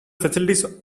facilities